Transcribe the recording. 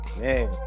man